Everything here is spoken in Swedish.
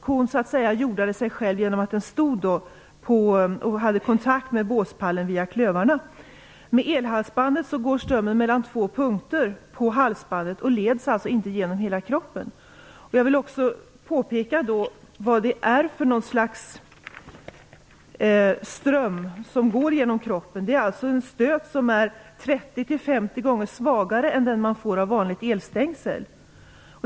Kon jordade sig själv genom att den hade kontakt med båspallen via klövarna. I elhalsbandet går strömmen mellan två punkter och leds alltså inte genom hela kroppen. Jag vill också påpeka vad det är för slags ström som går genom kroppen. Det är alltså en stöt som är 30-50 gånger svagare än den man får av vanligt elstängsel.